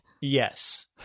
Yes